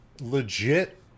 legit